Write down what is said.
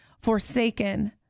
forsaken